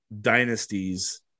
dynasties